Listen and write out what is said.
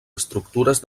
estructures